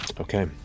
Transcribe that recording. Okay